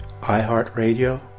iHeartRadio